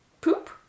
poop